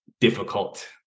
difficult